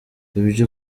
ibyo